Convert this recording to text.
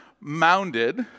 mounded